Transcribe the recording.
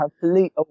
complete